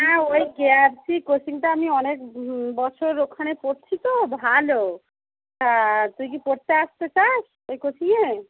হ্যাঁ ওই কেআরসি কোচিংটা আমি অনেক বছর ওখানে পড়ছি তো ভালো তা তুই কি পড়তে আসতে চাষ ওই কোচিংয়ে